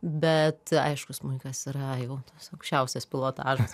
bet aišku smuikas yra jau tas aukščiausias pilotažas